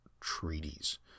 Treaties